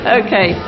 okay